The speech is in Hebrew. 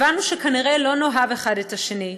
הבנו שכנראה לא נאהב אחד את השני,